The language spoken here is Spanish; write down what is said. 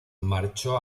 marchó